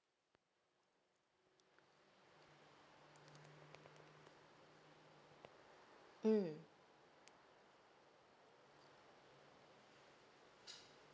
mm